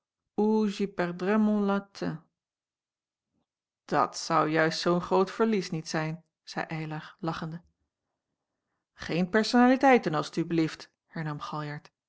dat zou juist zoo'n groot verlies niet zijn zeî eylar lachende geen personaliteiten als t u belieft hernam